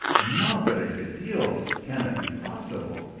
madre de dios! can it be possible!